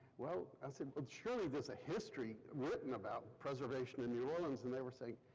well, i said, surely, there's a history written about preservation in new orleans, and they were saying,